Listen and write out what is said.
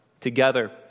Together